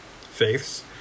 faiths